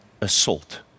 assault